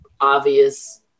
obvious